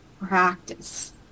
practice